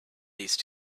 these